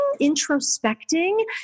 introspecting